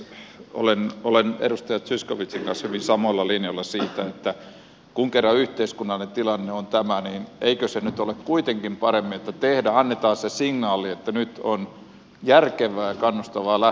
olen edustaja zyskowiczin kanssa hyvin samoilla linjoilla siinä että kun kerran yhteiskunnallinen tilanne on tämä niin eikö se nyt ole kuitenkin parempi että annetaan se signaali että nyt on järkevää ja kannustavaa lähteä yrittämään lähteä kasvamaan